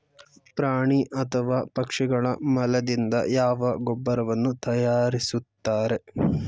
ಪ್ರಾಣಿ ಅಥವಾ ಪಕ್ಷಿಗಳ ಮಲದಿಂದ ಯಾವ ಗೊಬ್ಬರವನ್ನು ತಯಾರಿಸುತ್ತಾರೆ?